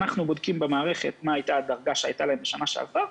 אנחנו בודקים במערכת מה הייתה הדרגה שלהם בשנה שעברה,